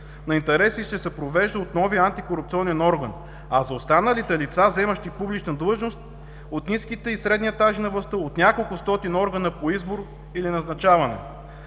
на интереси ще се провежда от новия антикорупционен орган, а за останалите лица, заемащи публична длъжност от ниските и средни етажи на властта – от няколко стотин органа по избор или назначаване.